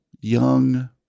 young